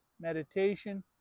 meditation